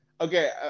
Okay